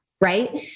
right